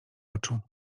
oczu